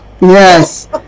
yes